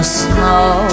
snow